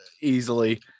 easily